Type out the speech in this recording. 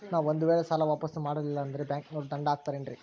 ನಾನು ಒಂದು ವೇಳೆ ಸಾಲ ವಾಪಾಸ್ಸು ಮಾಡಲಿಲ್ಲಂದ್ರೆ ಬ್ಯಾಂಕನೋರು ದಂಡ ಹಾಕತ್ತಾರೇನ್ರಿ?